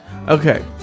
Okay